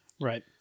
right